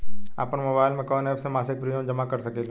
आपनमोबाइल में कवन एप से मासिक प्रिमियम जमा कर सकिले?